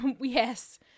Yes